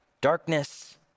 Darkness